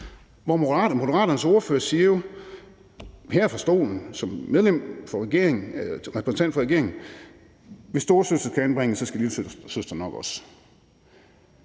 hvor Moderaternes ordfører her fra talerstolen som medlem og som repræsentant for regeringen siger, at hvis storesøster skal anbringes, skal lillesøster nok også.